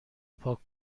پاک